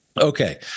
Okay